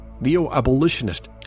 neo-abolitionist